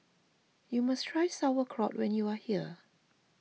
you must try Sauerkraut when you are here